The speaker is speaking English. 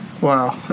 wow